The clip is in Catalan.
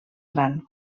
gran